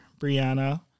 Brianna